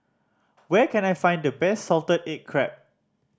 where can I find the best salted egg crab